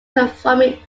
performing